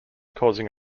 causing